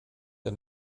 der